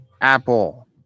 apple